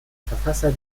verfasser